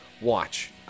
Watch